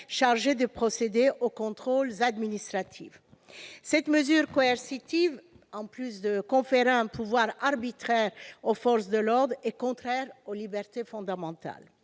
chargés de procéder aux contrôles administratifs. Cette mesure coercitive, en plus de conférer un pouvoir arbitraire aux forces de l'ordre, est contraire aux libertés fondamentales.